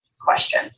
question